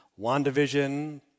WandaVision